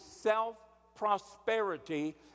self-prosperity